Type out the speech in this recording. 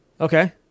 Okay